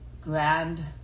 Grand